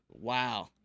Wow